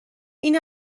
این